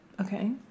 okay